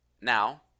now